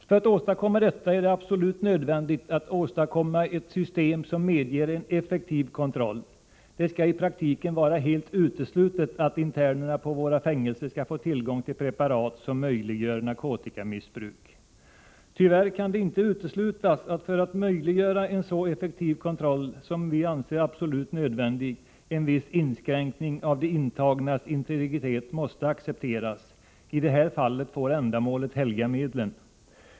För att klara detta är det absolut nödvändigt att åstadkomma ett system som medger en effektiv kontroll. Det skall i praktiken vara helt uteslutet att internerna på våra fängelser skall få tillgång till preparat som möjliggör narkotikamissbruk. Tyvärr kan det inte uteslutas att för att möjliggöra en så effektiv kontroll som vi anser absolut nödvändig, en viss inskränkning av de intagnas integritet måste accepteras. I det här fallet får ändamålet helga medlen.